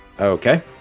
Okay